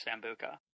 sambuca